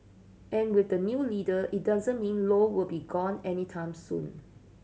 and with a new leader it doesn't mean Low will be gone anytime soon